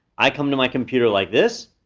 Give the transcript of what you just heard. i come to my computer like this,